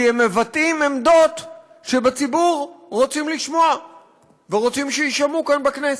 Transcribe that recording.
הם מבטאים עמדות שבציבור רוצים לשמוע ורוצים שיישמעו כאן בכנסת.